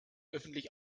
öffentlich